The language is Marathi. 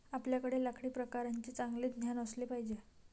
आपल्याकडे लाकडी प्रकारांचे चांगले ज्ञान असले पाहिजे